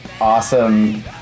awesome